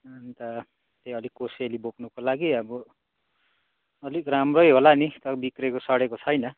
अन्त त्यही अलिक कोसेली बोक्नुको लागि अब अलिक राम्रै होला नि बिग्रिएको सडेको छैन